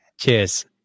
Cheers